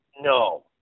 No